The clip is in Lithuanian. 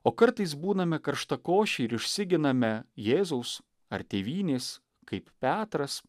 o kartais būname karštakošiai ir išsiginame jėzaus ar tėvynės kaip petras